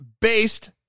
based